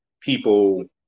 people